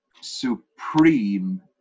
supreme